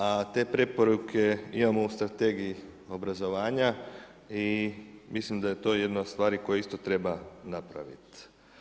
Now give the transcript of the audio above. A te preporuke imamo u Strategiji obrazovanja i mislim da je to jedna od stvari koju isto treba napraviti.